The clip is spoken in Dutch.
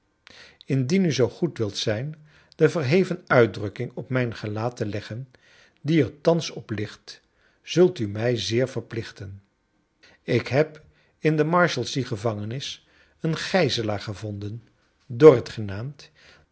indien u zoo goed wilt zijn de verhe ven uitdrukking op mij n gelaat te leggen die er thans op ligt zult u mij zeer verplichten ik heb in de marshalsea gevangenis een gijzelaar gevonden dorrit genaamd